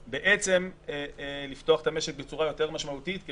לפתוח את המשק בצורה יותר משמעותית כי